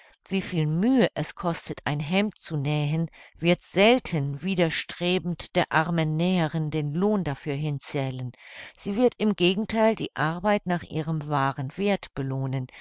viel mühe es kostet ein hemd zu nähen wird selten widerstrebend der armen näherin den lohn dafür hinzählen sie wird im gegentheil die arbeit nach ihrem wahren werth belohnen